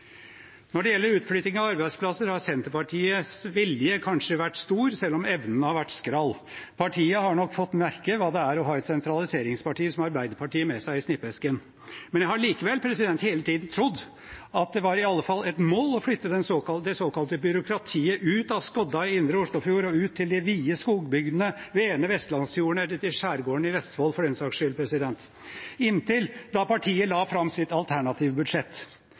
Når det gjelder utflytting av arbeidsplasser, har Senterpartiets vilje kanskje vært stor selv om evnen har vært skral. Partiet har nok fått merke hva det er å ha et sentraliseringsparti som Arbeiderpartiet med seg i snippesken. Men jeg har likevel hele tiden trodd at det i alle fall var et mål å flytte det såkalte byråkratiet ut av skodda i Indre Oslofjord og til de vide skogbygdene, de vene vestlandsfjordene eller til skjærgården i Vestfold, for den saks skyld – inntil partiet la fram sitt alternative budsjett.